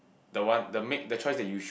the one the make the choice that you should